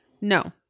No